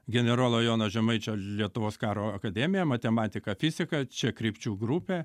generolo jono žemaičio lietuvos karo akademija matematika fizika čia krypčių grupė